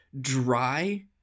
dry